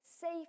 safe